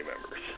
members